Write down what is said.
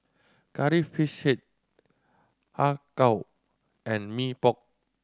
Curry Fish Head Har Kow and Mee Pok